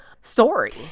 story